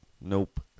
nope